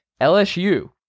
LSU